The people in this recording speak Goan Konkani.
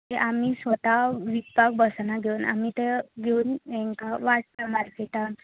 आमी तें स्वता विकपाक बसनात घेवन आमी तें घेवन हांकां वांटटात मार्केटांत